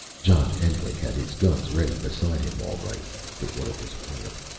john endlich had his guns ready beside him, all right for what it was worth.